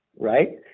right?